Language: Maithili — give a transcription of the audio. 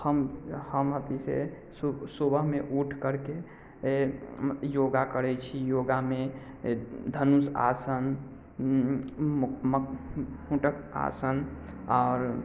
हम हम अथि से सुबहमे उठि करके योगा करैत छी योगामे धनुष आसन मुटक आसन आओर